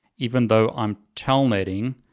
even though i'm telnetting,